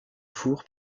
four